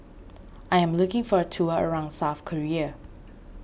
I am looking for a tour around South Korea